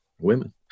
women